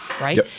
right